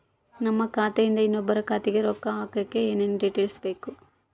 ನಮ್ಮ ಖಾತೆಯಿಂದ ಇನ್ನೊಬ್ಬರ ಖಾತೆಗೆ ರೊಕ್ಕ ಹಾಕಕ್ಕೆ ಏನೇನು ಡೇಟೇಲ್ಸ್ ಬೇಕರಿ?